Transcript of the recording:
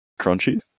Crunchy